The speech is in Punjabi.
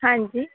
ਹਾਂਜੀ